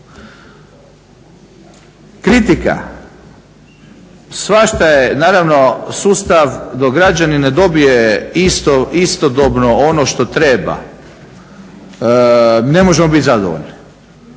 Kritika. Svašta je naravno sustav dok građanin ne dobije istodobno ono što treba ne možemo bit zadovoljni.